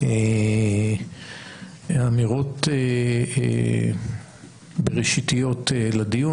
כאמירות בראשיתיות לדיון.